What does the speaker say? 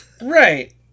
Right